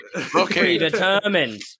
predetermined